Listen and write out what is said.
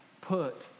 put